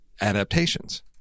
adaptations